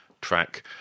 Track